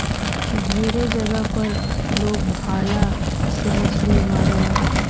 ढेरे जगह पर लोग भाला से मछली मारेला